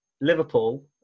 Liverpool